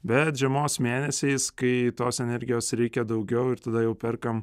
bet žiemos mėnesiais kai tos energijos reikia daugiau ir tada jau perkam